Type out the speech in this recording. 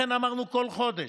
לכן אמרנו: כל חודש.